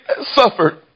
suffered